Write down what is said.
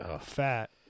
fat